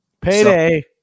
Payday